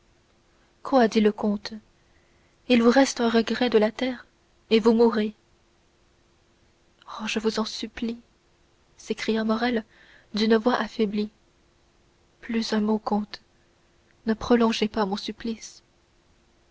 quoi dit le comte il vous reste un regret de la terre et vous mourez oh je vous en supplie s'écria morrel d'une voix affaiblie plus un mot comte ne prolongez pas mon supplice